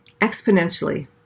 exponentially